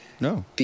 No